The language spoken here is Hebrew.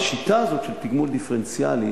השיטה הזאת של תגמול דיפרנציאלי,